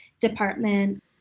department